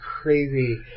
crazy